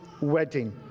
wedding